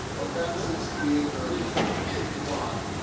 of that sixty acre plot,